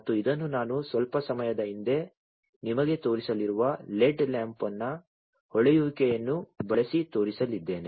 ಮತ್ತು ಇದನ್ನು ನಾನು ಸ್ವಲ್ಪ ಸಮಯದ ಹಿಂದೆ ನಿಮಗೆ ತೋರಿಸಿರುವ ಲೆಡ್ ಲ್ಯಾಂಪ್ನ ಹೊಳೆಯುವಿಕೆಯನ್ನು ಬಳಸಿ ತೋರಿಸಲಿದ್ದೇನೆ